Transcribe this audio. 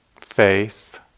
faith